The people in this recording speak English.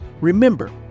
Remember